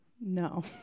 No